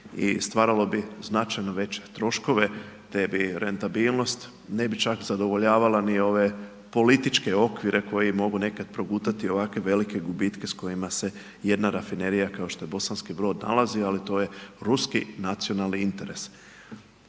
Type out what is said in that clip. i stvaralo bi značajno veće troškove te bi rentabilnost ne bi čak zadovoljavala ni ove političke okvire koji mogu nekad progutati ovakve velike gubitke s kojima se jedna rafinerija kao što je Bosanski Brod nalazi ali to je ruski nacionalni interes.